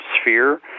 sphere